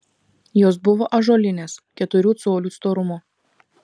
jos buvo ąžuolinės keturių colių storumo